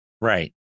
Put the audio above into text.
Right